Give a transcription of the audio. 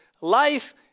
life